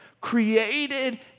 created